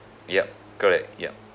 yup correct yup